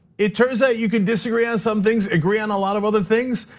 it turns out you can disagree on some things, agree on a lot of other things.